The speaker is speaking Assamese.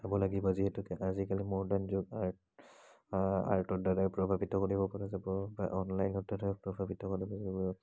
চাব লাগিব যিহেতুকে আজিকালি মডাৰ্ণ যুগ আৰ্ট আৰ্টৰ দ্ৱাৰাই প্ৰভাৱিত কৰিব পৰা যাব বা অনলাইনতে ধৰক প্ৰভাৱিত কৰিব পৰা যাব